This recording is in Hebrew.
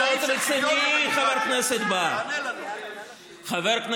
לא היו סובלים חברי כנסת שמדברים כל כך בגלוי